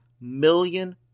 million